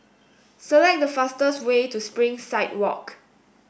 select the fastest way to Springside Walk